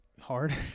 hard